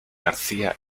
garcía